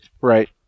Right